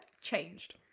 ...changed